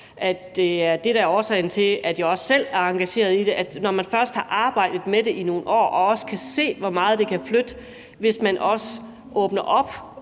der er årsagen til, at jeg også selv er engageret i det: Når man først har arbejdet med det i nogle år, kan man også se, hvor meget det kan flytte, hvis man åbner